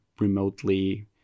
remotely